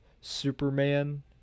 Superman